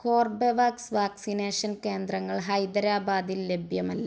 Corbevax vaccination കേന്ദ്രങ്ങൾ ഹൈദരാബാദിൽ ലഭ്യമല്ല